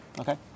okay